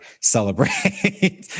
celebrate